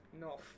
no